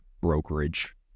brokerage